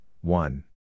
one